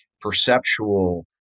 perceptual